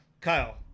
Kyle